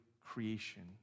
creation